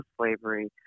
slavery